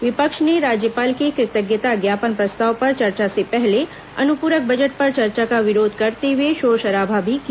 विपक्ष ने राज्यपाल के कृतज्ञता ज्ञापन प्रस्ताव पर चर्चा से पहले अनुप्रक बजट पर चर्चा का विरोध करते हए शोर शराबा भी किया